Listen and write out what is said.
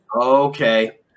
Okay